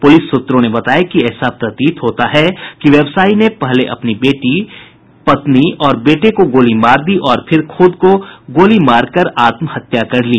police सूत्रों ने बताया कि ऐसा प्रतीत होता है कि व्यवसायी ने पहले अपनी पत्नी बेटी और बेटे को गोली मार दी और फिर खुद को गोली मारकर आत्महत्या कर ली